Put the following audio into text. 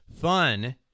fun